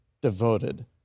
devoted